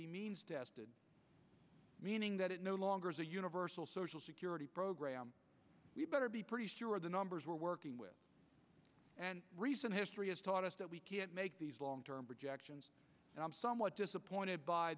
be means tested meaning that it no longer is a universal social security program we'd better be pretty sure the numbers we're working with and recent history has taught us that we can't make these long term projections and i'm somewhat disappointed by